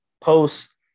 post